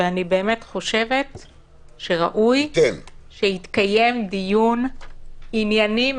ואני באמת חושבת שראוי שיתקיים דיון ענייני,